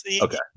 Okay